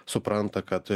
supranta kad